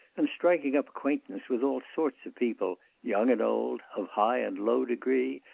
and striking up acquaintance with all sorts of people, young and old, of high and low degree,